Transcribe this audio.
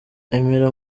emera